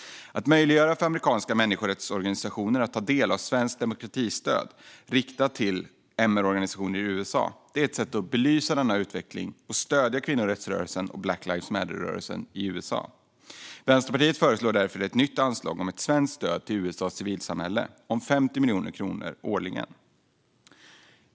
Att möjliggöra för amerikanska människorättsorganisationer att ta del av svenskt demokratistöd riktat till MR-organisationer i USA är ett sätt att belysa denna utveckling och stödja kvinnorättsrörelsen och Black lives matter-rörelsen i USA. Vänsterpartiet föreslår därför ett nytt anslag för ett svenskt stöd till USA:s civilsamhälle om 50 miljoner kronor årligen.